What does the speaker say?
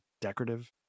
decorative